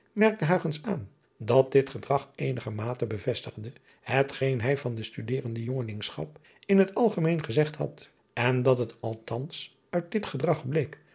merkte aan dat dit gedrag eenigermate bevestigde hetgeen hij van de studerende jongelingschap in het algemeen gezegd had en dat het althans uit dit gedrag bleek